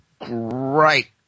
great